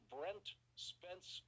Brent-Spence